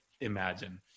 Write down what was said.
imagine